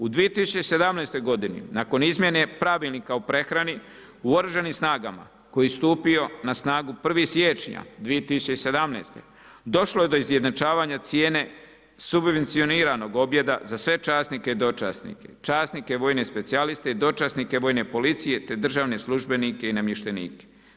U 2017. godini nakon izmjene Pravilnika o prehrani u OS-u koji je stupio na snagu 1. siječnja 2017., došlo je do izjednačavanje cijene subvencioniranog objeda za sve časnike i dočasnike, časnike vojne specijaliste i dočasnike vojne policije te državne službenike i namještenike.